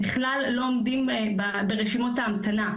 בכלל לא עומדים ברשימות ההמתנה.